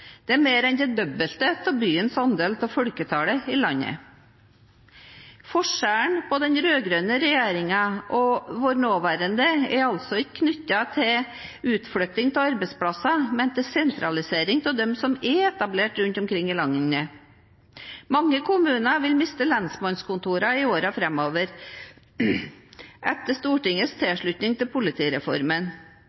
Det er mer enn det dobbelte av byens andel av folketallet i landet. Forskjellen på den rød-grønne regjeringen og vår nåværende er altså ikke knyttet til utflytting av arbeidsplasser, men til sentralisering av dem som er etablert rundt om i landet. Mange kommuner vil miste lensmannskontoret i årene fremover etter Stortingets tilslutning til